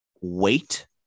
wait